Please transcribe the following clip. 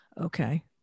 Okay